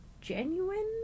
genuine